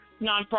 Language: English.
nonprofit